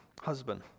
Husband